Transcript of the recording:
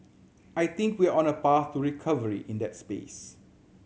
I think we're on a path to recovery in that space